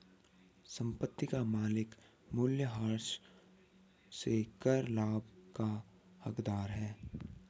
संपत्ति का मालिक मूल्यह्रास से कर लाभ का हकदार है